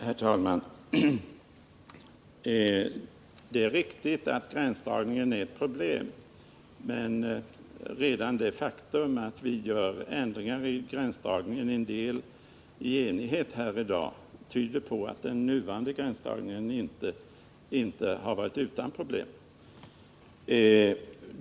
Herr talman! Det är riktigt att gränsdragningen är ett problem, men redan det faktum att vi gör ändringar i den —-en del av dem i enighet — här i dag tyder på att den nuvarande gränsdragningen inte har varit helt utan problem.